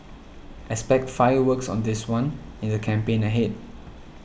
expect fireworks on this one in the campaign ahead